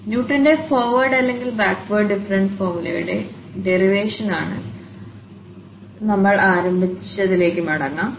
ന്യൂട്ടന്റെ ഫോർവേഡ്അല്ലെങ്കിൽ ബാക്ക്വേർഡ്ഡിഫറൻസ് ഫോർമുലയുടെ ഡെറിവേഷനായി നമ്മൾ ആരംഭിച്ചതിലേക്ക് മടങ്ങാം